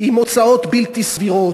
עם הוצאות בלתי סבירות,